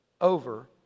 over